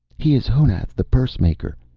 he is honath the pursemaker,